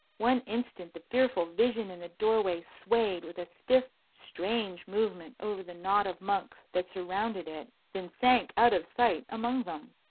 one instant the fearful vision in the door-way swayed with a stiff strange movement over the knot of monks that surrounded it, then sank out of sight among them.